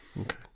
Okay